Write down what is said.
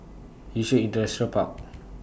Yishun Industrial Park